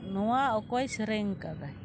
ᱱᱚᱣᱟ ᱚᱠᱚᱭ ᱥᱮᱨᱮᱧ ᱟᱠᱟᱫᱟᱭ